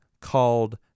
called